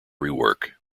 rework